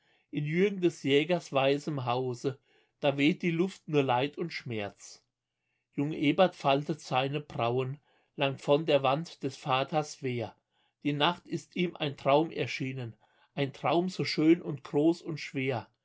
in jürgen des jägers weißem hause da weht die luft nur leid und schmerz jung ebert faltet seine brauen langt von der wand des vaters wehr die nacht ist ihm ein traum erschienen ein traum so schön und groß und schwer